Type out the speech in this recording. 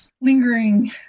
lingering